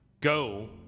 go